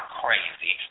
crazy